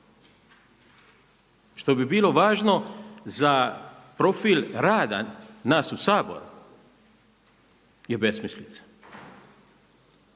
što bi bilo važno za profil rada nas u Saboru je besmislica